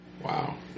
Wow